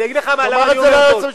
תאמר את זה ליועץ המשפטי.